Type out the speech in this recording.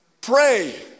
Pray